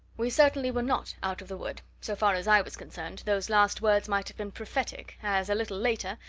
we certainly were not out of the wood so far as i was concerned, those last words might have been prophetic, as, a little later,